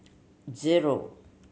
zero